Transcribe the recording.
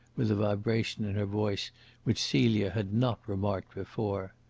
with a vibration in her voice which celia had not remarked before.